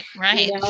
Right